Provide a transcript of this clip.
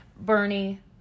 Bernie